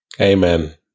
Amen